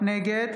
נגד